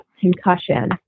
concussion